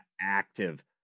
active